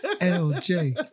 L-J